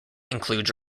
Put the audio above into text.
includes